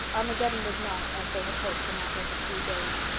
armageddon was not, as they had hoped, a matter of a few days.